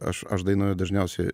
aš aš dainuoju dažniausiai